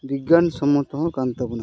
ᱵᱤᱜᱽᱜᱟᱱ ᱥᱚᱢᱢᱚᱛᱚ ᱦᱚᱸ ᱠᱟᱱ ᱛᱟᱵᱚᱱᱟ